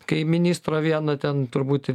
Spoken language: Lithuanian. kai ministrą vieną ten turbūt